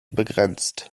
begrenzt